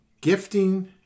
gifting